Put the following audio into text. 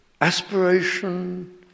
aspiration